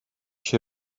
się